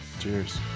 Cheers